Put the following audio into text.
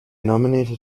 nominated